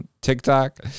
TikTok